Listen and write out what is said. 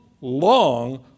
long